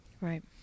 Right